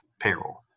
payroll